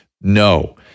no